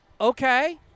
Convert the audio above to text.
Okay